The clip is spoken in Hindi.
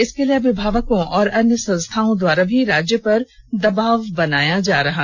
इसके लिए अभिभावकों और अन्य संस्थाओं द्वारा भी राज्य पर दबाव बनाया जा रहा है